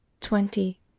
twenty